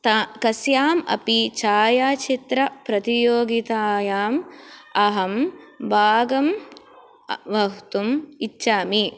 कस्याम् अपि छायाचित्र प्रतियोगितायाम् अहं भागं वह्तुम् इच्छामि